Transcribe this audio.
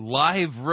live